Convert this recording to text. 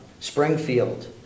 Springfield